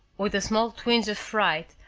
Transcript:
with a small twinge of fright,